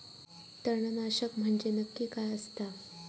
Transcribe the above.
तणनाशक म्हंजे नक्की काय असता?